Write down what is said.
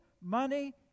money